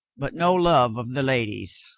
but no love of the ladies.